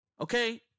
Okay